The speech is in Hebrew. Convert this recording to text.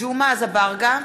ג'מעה אזברגה,